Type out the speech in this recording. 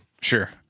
sure